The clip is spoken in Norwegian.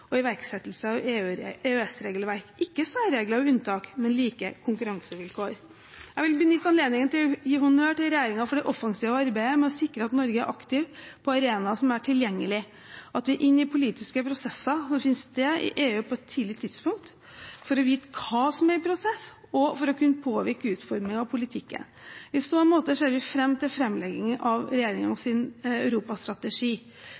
og iverksettelse av EØS-regelverk, ikke særregler og unntak, men like konkurransevilkår. Jeg vil benytte anledningen til å gi honnør til regjeringen for det offensive arbeidet med å sikre at Norge er aktivt på arenaer som er tilgjengelige, at vi er inne i politiske prosesser som finner sted i EU, på et tidlig tidspunkt, for å vite hva som er i prosess, og for å kunne påvirke utformingen av politikken. I så måte ser vi fram til framleggingen av